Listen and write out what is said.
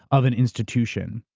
of an institution.